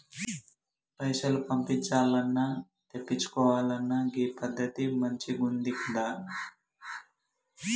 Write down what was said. పైసలు పంపించాల్నన్నా, తెప్పిచ్చుకోవాలన్నా గీ పద్దతి మంచిగుందికదా